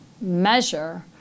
measure